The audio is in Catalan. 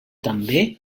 també